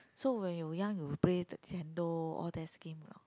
so when you young you play the Nintendo all that's games anot